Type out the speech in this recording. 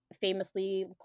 famously